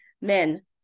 men